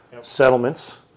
settlements